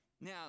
Now